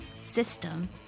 System